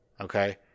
okay